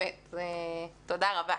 תודה רבה.